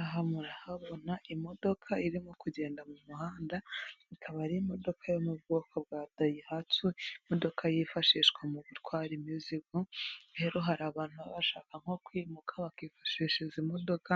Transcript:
Aha murahabona imodoka irimo kugenda mu muhanda, ikaba ari imodoka yo mu bwoko bwa dayihatsu, imodoka yifashishwa mu gutwara imizigo, rero hari abantu bashaka nko kwimuka bakifashisha izi modoka